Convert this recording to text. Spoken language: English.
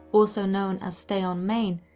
also known as stay on main,